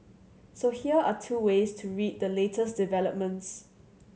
so here are two ways to read the latest developments